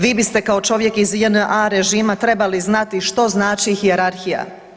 Vi biste kao čovjek iz JNA režima trebali znati što znači hijerarhija.